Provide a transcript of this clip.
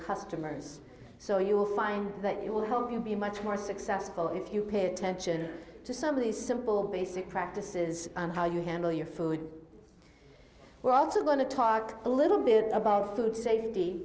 customers so you will find that it will help you be much more successful if you pay attention to some of these simple basic practices and how you handle your food we're also going to talk a little bit about food safety